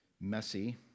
messy